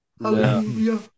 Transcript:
Hallelujah